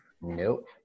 Nope